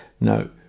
No